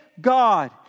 God